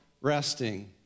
resting